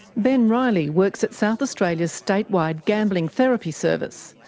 ben riley works at south australia's statewide gambling therapy service,